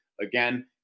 again